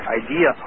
idea